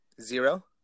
Zero